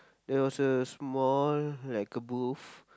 there was a small like a booth